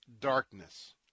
darkness